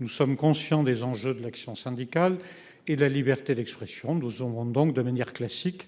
Nous sommes conscients des enjeux de l'action syndicale et la liberté d'expression au monde, donc de manière classique.